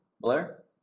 Blair